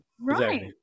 Right